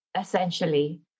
essentially